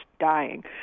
dying